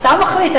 אתה מחליט.